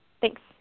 Thanks